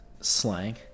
slang